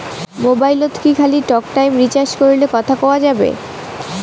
মোবাইলত কি খালি টকটাইম রিচার্জ করিলে কথা কয়া যাবে?